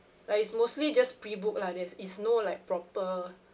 like it's mostly just pre-booked lah there's is no like proper